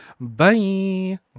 bye